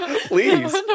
Please